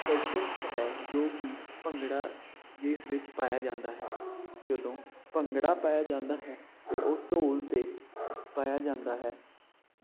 ਆਕਰਸ਼ਿਤ ਹੈ ਜੋ ਕਿ ਭੰਗੜਾ ਜਿਸ ਵਿੱਚ ਪਾਇਆ ਜਾਂਦਾ ਹੈ ਜਦੋਂ ਭੰਗੜਾ ਪਾਇਆ ਜਾਂਦਾ ਹੈ ਤਾਂ ਉਹ ਢੋਲ 'ਤੇ ਪਾਇਆ ਜਾਂਦਾ ਹੈ